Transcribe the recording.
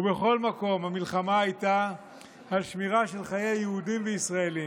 ובכל מקום המלחמה הייתה על שמירה של חיי יהודים וישראלים.